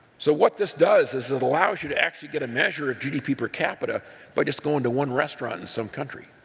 so what this does is it allows you to actually get a measure of gdp per capita by just going to one restaurant in some country,